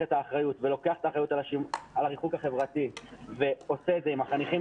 את האחריות על הריחוק החברתי ועושה את זה עם החניכים